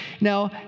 Now